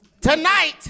tonight